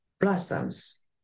blossoms